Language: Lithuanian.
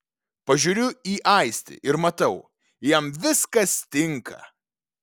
pažiūriu į aistį ir matau jam viskas tinka